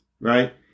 Right